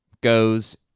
goes